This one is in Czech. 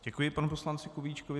Děkuji panu poslanci Kubíčkovi.